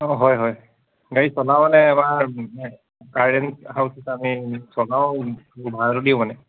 অঁ হয় হয় গাড়ী চলাওঁ মানে আমাৰ কাৰেণ্ট হাউচত আমি চলাওঁ ভাড়াটো দিওঁ মানে